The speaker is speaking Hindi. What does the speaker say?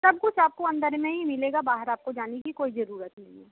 सब कुछ आपको अंदर में ही मिलेगा बाहर आपको जाने की कोई ज़रूरत नहीं है